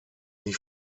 nie